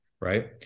right